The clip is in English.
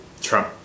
Trump